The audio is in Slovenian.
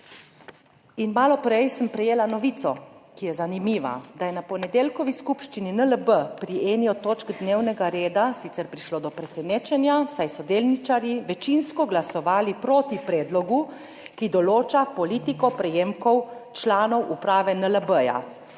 Malo prej sem prejela novico, ki je zanimiva, da je na ponedeljkovi skupščini NLB pri eni od točk dnevnega reda sicer prišlo do presenečenja, saj so delničarji večinsko glasovali proti predlogu, ki določa politiko prejemkov članov uprave NLB